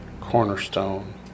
cornerstone